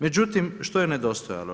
Međutim, što je nedostajalo?